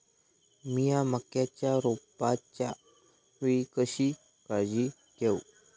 मीया मक्याच्या रोपाच्या वेळी कशी काळजी घेव?